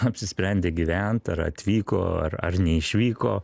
apsisprendė gyvent ar atvyko ar ar neišvyko